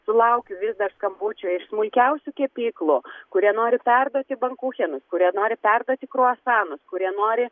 sulaukiu vis dar skambučių iš smulkiausių kepyklų kurie nori perduoti bankuchenus kurie nori perduoti kruasanus kurie nori